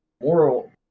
moral